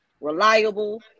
reliable